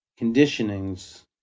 conditionings